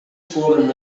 foren